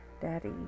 Daddy